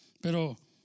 Pero